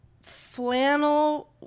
flannel